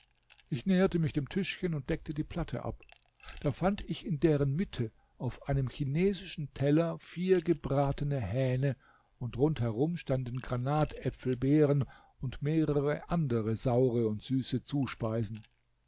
ich näherte mich dem tischchen und deckte die platte ab da fand ich in deren mitte auf einem chinesischen teller vier gebratene hähne und rund herum standen granatäpfelbeeren und mehrere andere saure und süße zuspeisen